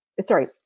sorry